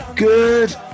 Good